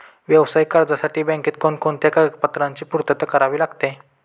व्यावसायिक कर्जासाठी बँकेत कोणकोणत्या कागदपत्रांची पूर्तता करावी लागते?